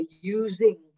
using